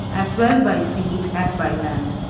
as well by sea as by land.